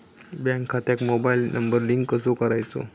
Bank खात्यात mobile number link कसो करायचो?